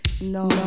No